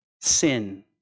sin